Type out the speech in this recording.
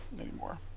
anymore